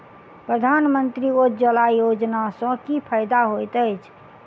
प्रधानमंत्री उज्जवला योजना सँ की फायदा होइत अछि?